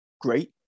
great